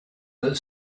that